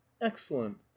excellent